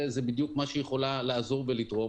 בכך בדיוק היא יכולה לעזור ולתרום.